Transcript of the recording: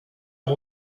amb